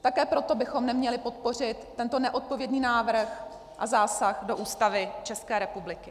Také proto bychom neměli podpořit tento neodpovědný návrh a zásah do Ústavy České republiky.